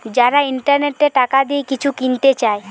যারা ইন্টারনেটে টাকা দিয়ে কিছু কিনতে চায়